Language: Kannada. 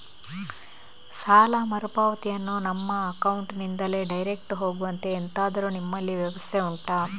ಸಾಲ ಮರುಪಾವತಿಯನ್ನು ನಮ್ಮ ಅಕೌಂಟ್ ನಿಂದಲೇ ಡೈರೆಕ್ಟ್ ಹೋಗುವಂತೆ ಎಂತಾದರು ನಿಮ್ಮಲ್ಲಿ ವ್ಯವಸ್ಥೆ ಉಂಟಾ